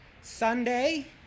Sunday